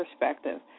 perspective